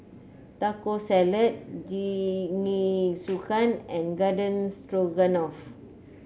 Taco Salad Jingisukan and Garden Stroganoff